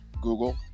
Google